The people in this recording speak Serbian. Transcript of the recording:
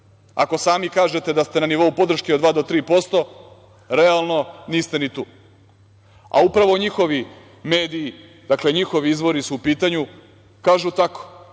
ako sami kažete da ste na nivou podrške 2 do 3%, realno niste ni tu. Upravo njihovi mediji, dakle njihovi izvori su u pitanju kažu tako.